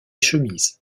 chemise